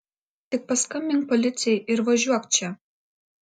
tik paskambink policijai ir važiuok čia